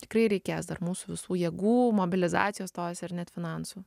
tikrai reikės dar mūsų visų jėgų mobilizacijos tos ar net finansų